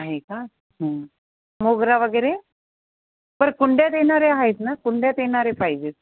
आहे का मोगरा वगैरे बरं कुंड्यात येणारे आहेत ना कुंड्यात येणारे पाहिजेत